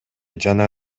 жана